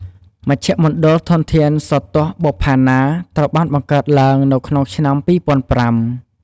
មជ្ឈមណ្ឌលធនធានសោតទស្សន៍បុប្ផាណា ត្រូវបានបង្កើតឡើងក្នុងឆ្នាំ ២០០៥។